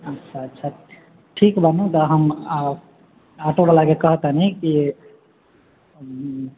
अच्छा अच्छा ठीक बा ने हम आब आँटो बलाके कहतानि कि